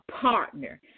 partner